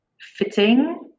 fitting